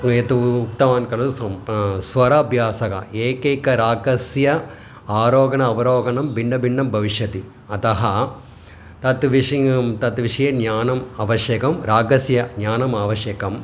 वे तु उक्तवान् खलु सौ स्वराभ्यासः एकैक रागस्य आरोहणम् अवरोहणं भिन्नभिन्नं भविष्यति अतः तत् विषयः तत् विषये ज्ञानम् आवश्यकं रागस्य ज्ञानम् आवश्यकम्